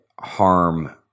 harm